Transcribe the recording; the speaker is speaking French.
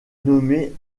nommée